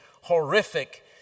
horrific